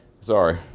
Sorry